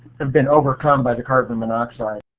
have been overcome by the carbon monoxide.